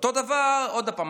עוד פעם,